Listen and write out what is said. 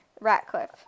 Ratcliffe